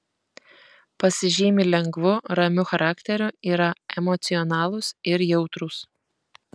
pasižymi lengvu ramiu charakteriu yra emocionalūs ir jautrūs